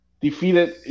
defeated